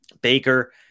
Baker